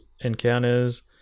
encounters